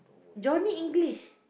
Johnny-English